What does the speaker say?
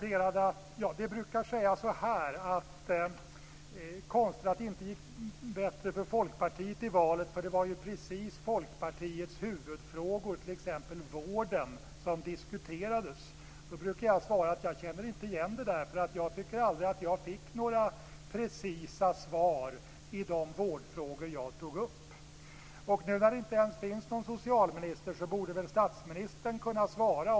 Det brukar sägas att det är konstigt att det inte gick bättre för Folkpartiet i valet när det var just Folkpartiets huvudfrågor, t.ex. vården, som diskuterades. Då brukar jag svara att jag inte känner igen det där, därför att jag fick aldrig några precisa svar på de vårdfrågor jag tog upp. När det nu inte ens finns någon socialminister borde väl statsministern kunna svara.